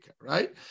Right